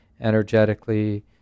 energetically